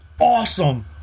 awesome